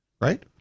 right